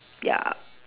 ya